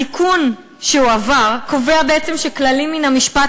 התיקון שהועבר קובע בעצם שכללים מן המשפט